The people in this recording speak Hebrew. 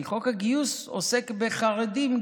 כי חוק הגיוס עוסק בחרדים,